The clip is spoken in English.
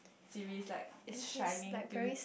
series like it's shining through